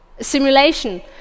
simulation